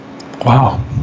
Wow